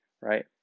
Right